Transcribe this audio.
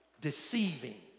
deceiving